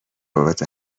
بابت